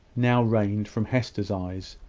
now rained from hester's eyes.